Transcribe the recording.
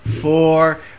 four